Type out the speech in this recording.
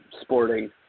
sporting